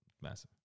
massive